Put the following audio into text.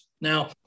Now